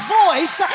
voice